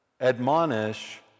admonish